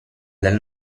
del